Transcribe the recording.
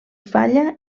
falla